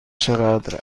چقدر